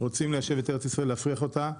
הם רוצים להתיישב בארץ ישראל ולהפריח אותה,